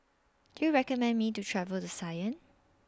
Do YOU recommend Me to travel to Cayenne